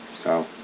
so